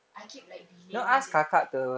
I keep like delaying the